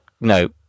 no